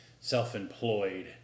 self-employed